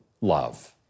love